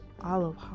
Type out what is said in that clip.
olive